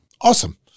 Awesome